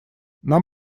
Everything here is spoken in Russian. нам